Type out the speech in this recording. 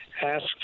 asked